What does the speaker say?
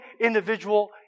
individual